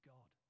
God